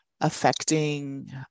affecting